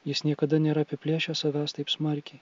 jis niekada nėra apiplėšęs savęs taip smarkiai